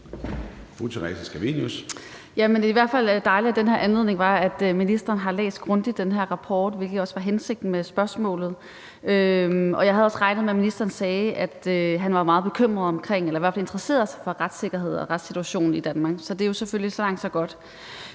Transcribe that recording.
fald dejligt, at den her anledning har gjort, at ministeren har læst den her rapport grundigt. Det var også hensigten med spørgsmålet. Jeg havde også regnet med, at ministeren sagde, at han var meget bekymret for eller i hvert fald interesserede sig for retssikkerheden og retssituationen i Danmark. Så det er jo selvfølgelig så langt, så godt.